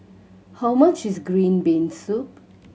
how much is green bean soup